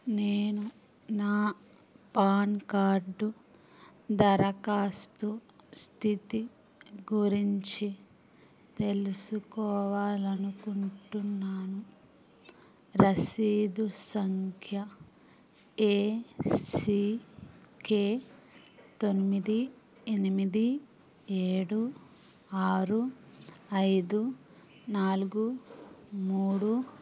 నేను నా PAN card దరఖాస్తు స్థితి గురించి తెలుసుకోవాలి అనుకుంటున్నాను రసీదు సంఖ్య ఏ సీ కే తొమ్మిది ఎనిమిది ఏడు ఆరు ఐదు నాలుగు మూడు